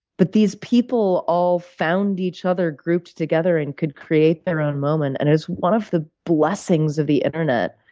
but these people all found each other, grouped together, and could create their own moment. and it is one of the blessings of the internet,